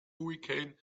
hurrikan